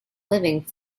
living